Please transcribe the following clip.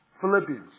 Philippians